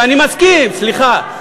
אני מסכים, סליחה.